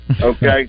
okay